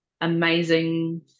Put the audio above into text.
amazing